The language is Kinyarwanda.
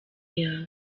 yawe